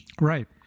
Right